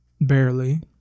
Barely